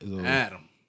Adam